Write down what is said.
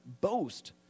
boast